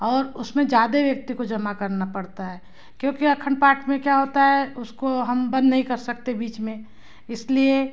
और उसमें ज़्यादे व्यक्ति को जमा करना पड़ता है क्योंकि अखंड पाठ में क्या होता है उसको हम बंद नहीं कर सकते बीच में इसलिए